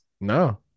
No